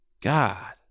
God